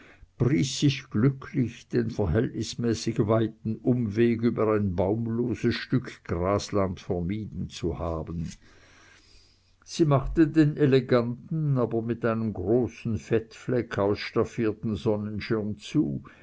sich glücklich den verhältnismäßig weiten umweg über ein baumloses stück grasland vermieden zu haben sie machte den eleganten aber mit einem großen fettfleck ausstaffierten sonnenschirm zu